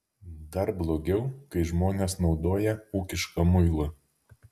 dar blogiau kai žmonės naudoja ūkišką muilą